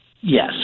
Yes